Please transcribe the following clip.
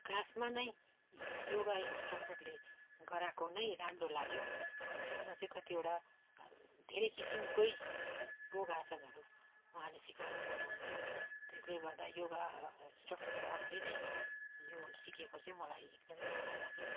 क्लासमा नै योगा इन्स्ट्रक्टरले गराएको नै राम्रो लाग्यो हौ त्यसमा चाहिँ कतिवटा धेरै किसिमको योगासनहरू उहाँले सिकाउने गर्नु हुन्थ्यो त्यसले गर्दा योगा इन्स्ट्रक्टरको अगाडि नै योग सिकेको चाहिँ मलाई एकदम राम्रो लाग्यो